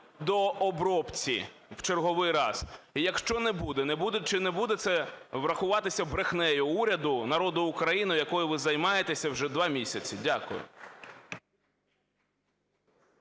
дообробці в черговий раз? Якщо не буде, буде чи не буде це рахуватися брехнею уряду народу України, якою ви займаєтесь уже два місяці? Дякую.